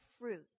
fruit